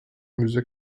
müze